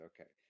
Okay